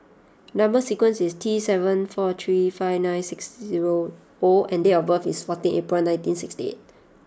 number sequence is T seven four three five nine six zero O and date of birth is fourteen April nineteen sixty eight